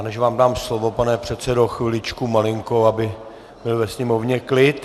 Než vám dám slovo, pane předsedo, chviličku malinko, aby byl ve sněmovně klid.